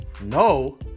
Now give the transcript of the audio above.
No